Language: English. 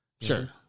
Sure